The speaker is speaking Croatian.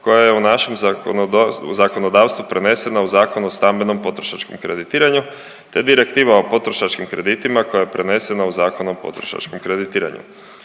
koja je u našem zakonodavstvu prenesena u Zakon o stambenom potrošačkom kreditiranju, te Direktiva o potrošačkim kreditima koja je prenesena u Zakon o potrošačkom kreditiranju.